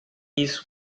isso